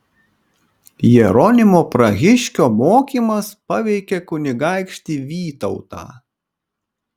jeronimo prahiškio mokymas paveikė kunigaikštį vytautą